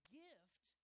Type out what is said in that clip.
gift